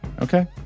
Okay